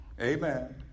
Amen